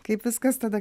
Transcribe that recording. kaip viskas tada